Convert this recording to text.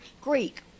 Greek